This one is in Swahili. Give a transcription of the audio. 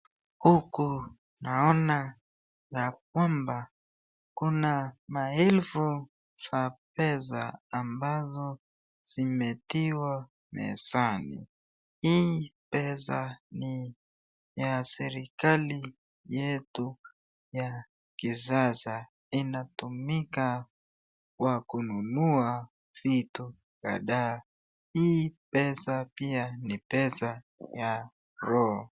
Huku, naona ya kwamba kuna maelfu ya pesa ambazo zimetiwa mezani. Hii pesa ni ya serikali yetu ya kisasa, Inatumika kwa kununua vitu kadhaa. Hii pesa pia ni pesa ya roho